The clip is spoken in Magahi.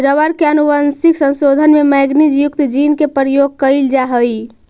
रबर के आनुवंशिक संशोधन में मैगनीज युक्त जीन के प्रयोग कैइल जा हई